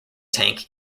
tank